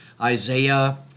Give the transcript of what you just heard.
Isaiah